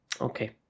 okay